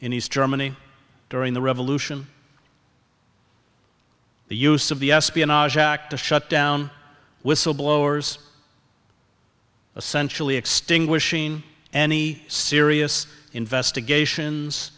in east germany during the revolution the use of the espionage act to shut down whistleblowers essentially extinguishing any serious investigations